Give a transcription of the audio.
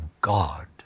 God